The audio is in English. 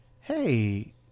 hey